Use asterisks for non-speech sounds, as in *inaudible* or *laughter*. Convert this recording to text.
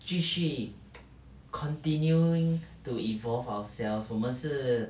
继续 *noise* continuing to evolve ourself 我们是